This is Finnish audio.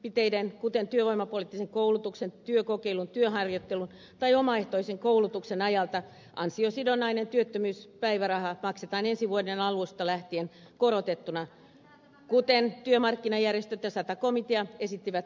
aktiivitoimenpiteiden kuten työvoimapoliittisen koulutuksen työkokeilun työharjoittelun tai omaehtoisen koulutuksen ajalta ansiosidonnainen työttömyyspäiväraha maksetaan ensi vuoden alusta lähtien korotettuna kuten työmarkkinajärjestöt ja sata komitea esittivät tammikuussa